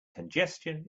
congestion